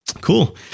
Cool